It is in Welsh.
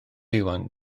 iwan